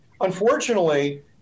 unfortunately